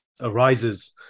arises